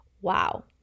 Wow